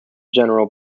general